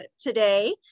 today